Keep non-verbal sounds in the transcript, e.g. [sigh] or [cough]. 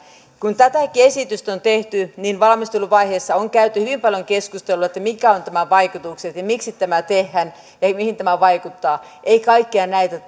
kun tätäkin esitystä on tehty niin valmisteluvaiheessa on käyty hyvin paljon keskusteluja että mitkä ovat tämän vaikutukset ja miksi tämä tehdään ja mihin tämä vaikuttaa ei kaikkia näitä [unintelligible]